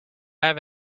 have